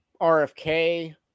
RFK